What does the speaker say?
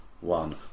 one